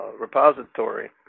Repository